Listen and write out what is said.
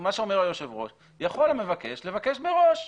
מה שאומר היושב ראש יכול המבקש לבקש מראש.